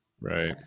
Right